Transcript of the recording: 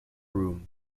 room